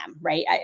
right